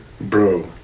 bro